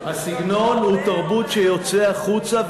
הסגנון הוא תרבות שיוצאת החוצה,